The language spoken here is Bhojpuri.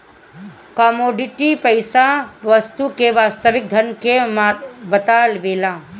कमोडिटी पईसा वस्तु के वास्तविक धन के बतावेला